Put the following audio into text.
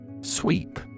Sweep